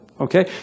Okay